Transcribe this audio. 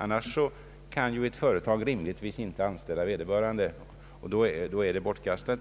Annars kan ett företag rimligtvis inte anställa vederbörande, och då är utbildningstiden bortkastad.